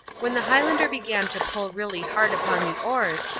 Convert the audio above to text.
when the highlander began to pull really hard upon the oars,